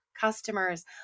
customers